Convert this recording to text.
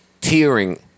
tearing